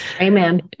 Amen